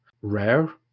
rare